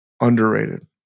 Underrated